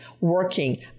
working